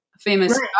famous